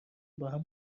باهم